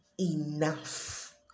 enough